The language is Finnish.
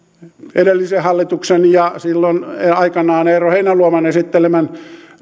edellisen hallituksen ja silloin aikanaan eero heinäluoman esittelemän